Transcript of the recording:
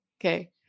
okay